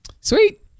Sweet